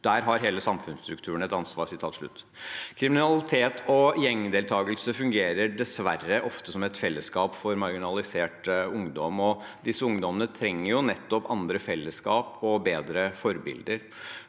der har hele samfunnsstrukturen et ansvar. Kriminalitet og gjengdeltakelse fungerer dessverre ofte som et fellesskap for marginalisert ungdom, og disse ungdommene trenger nettopp andre fellesskap og bedre forbilder.